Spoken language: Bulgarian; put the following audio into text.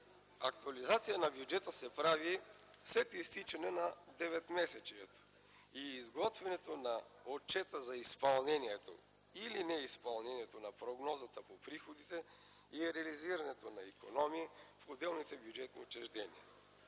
актуализация на бюджета се прави след изтичане на деветмесечието и изготвянето на отчета за изпълнението или неизпълнението на прогнозата по приходите и реализирането на икономии в отделните бюджетни учреждения.